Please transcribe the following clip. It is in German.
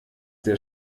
der